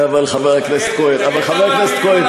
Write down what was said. אבל, חבר הכנסת כהן, דבר על זה.